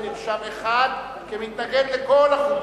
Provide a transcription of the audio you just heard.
עד רגע זה נרשם אחד כמתנגד לכל החוקים,